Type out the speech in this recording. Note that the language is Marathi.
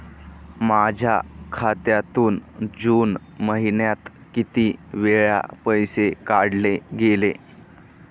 माझ्या खात्यातून जून महिन्यात किती वेळा पैसे काढले गेले?